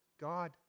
God